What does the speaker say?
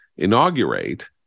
inaugurate